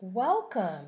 Welcome